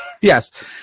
yes